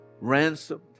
ransomed